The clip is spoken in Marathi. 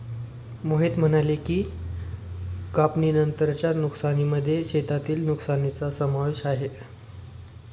मोहित म्हणाले की, कापणीनंतरच्या नुकसानीमध्ये शेतातील नुकसानीचा समावेश आहे